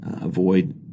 avoid